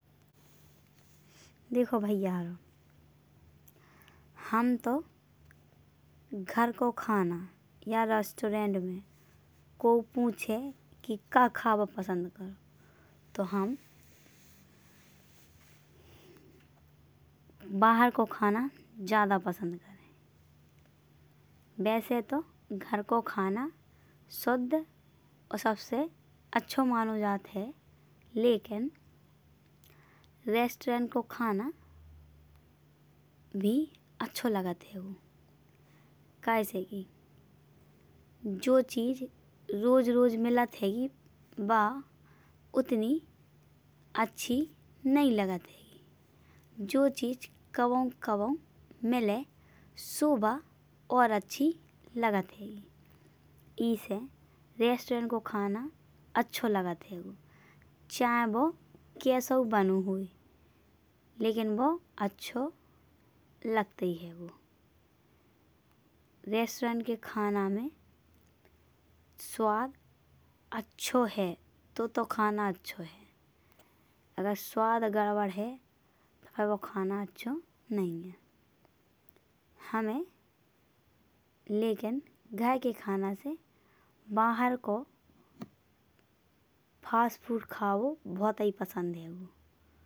देखो भैया हरौ हम तो घर को खाना। या रेस्टोरेंट में कऊ पूछे कि का खावौ पसंद करौ। तो हम बाहर को खाना ज्यादा पसंद करै। वैसे तो घर का खाना सुध और सबसे आठौ मानौ जात है। लेकिन रेस्टोरेंट का खाना भी आठौ लागत हांइगो। कहें से कि जो चीज रोज रोज मिलत हांगी वा चीज उतनी अची नाइ लागत हांगी। जो चीज कब्हाउ कब्हाउ मिले सो वा और अची लागत हांगी। ईसे रेस्टोरेंट का खाना आठौ लागत है। चाहे वो कैसउ बनौ होयै। लेकिन वो आठौ लागतें हांगी। रेस्टोरेंट के खाना में स्वाद आठौ है तो तो खाना आठौ है। अगर स्वाद गड़बड़ है तो फिर वो खाना आठौ नाई है। हमे लेकिन घर के खाना से बाहर को फास्ट फूड खाना बहुत पसंद हांइगो।